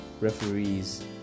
referees